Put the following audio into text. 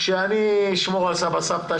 כשאני אשמור על סבא וסבתא,